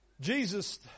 Jesus